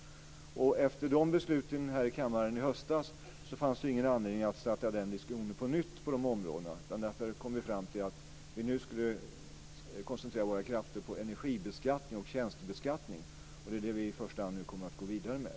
Efter de besluten här i kammaren i höstas fanns det ingen anledning att på nytt starta en diskussion på de områdena, och vi kom därför fram till att vi nu skulle koncentrera våra krafter på energibeskattning och tjänstebeskattning, och det är det som vi nu i första hand kommer att gå vidare med.